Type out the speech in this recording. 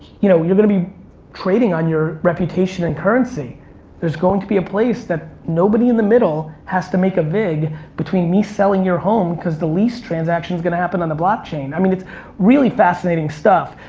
you know, you're gonna be trading on your reputation and currency there's going to be a place that nobody in the middle has to make a vig between me selling your home cause the lease transaction's gonna happen on the blockchain. i mean, it's really fascinating stuff.